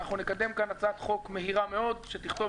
אנחנו נקדם כאן הצעת חוק מהירה מאוד שתכתוב